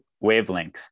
wavelength